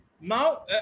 Now